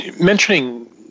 Mentioning